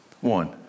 One